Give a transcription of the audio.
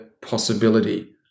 possibility